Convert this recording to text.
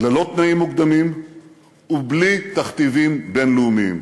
ללא תנאים מוקדמים ובלי תכתיבים בין-לאומיים.